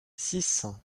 six